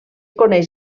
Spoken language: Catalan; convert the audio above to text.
coneix